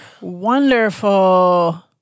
Wonderful